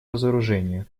разоружению